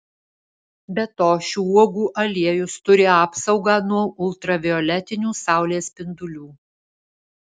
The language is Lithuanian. be to šių uogų aliejus turi apsaugą nuo ultravioletinių saulės spindulių